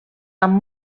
amb